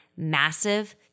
Massive